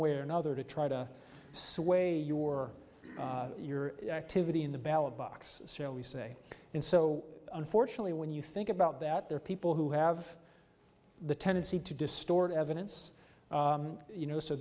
way or another to try to sway your your activity in the ballot box shall we say and so unfortunately when you think about that there are people who have the tendency to distort evidence you know so